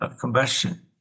combustion